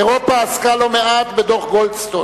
אירופה עסקה לא מעט בדוח-גולדסטון,